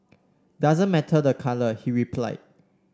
doesn't matter the colour he replied